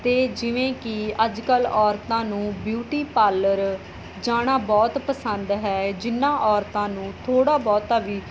ਅਤੇ ਜਿਵੇਂ ਕਿ ਅੱਜ ਕੱਲ੍ਹ ਔਰਤਾਂ ਨੂੰ ਬਿਊਟੀ ਪਾਰਲਰ ਜਾਣਾ ਬਹੁਤ ਪਸੰਦ ਹੈ ਜਿਹਨਾਂ ਔਰਤਾਂ ਨੂੰ ਥੋੜ੍ਹਾ ਬਹੁਤਾ ਵੀ